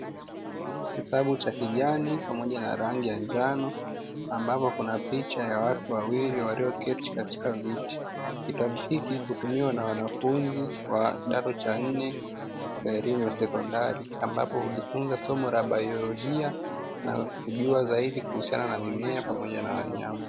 Kitabu cha kijani pamoja na rangi ya njano, ambapo kuna picha ya watu wawili walioketi katika viti. Kitabu hiki hutumiwa na wanafunzi wa kidato cha nne katika elimu ya sekondari, ambapo hujifunza somo la biolojia na kujua zaidi kuhusiana na mimea pamoja na wanyawa.